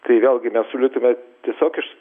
tai vėlgi nesiūlytume tiesiog iš